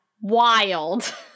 Wild